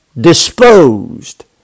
Disposed